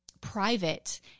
private